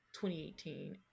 2018